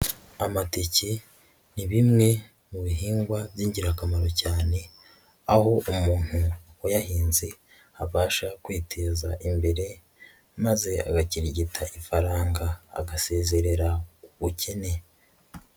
Amateke ni bimwe mu bihingwa b'ingirakamaro cyane, aho umuntu wayahinze abasha kwiteza imbere, maze agakirigita ifaranga agasezerera ubukene.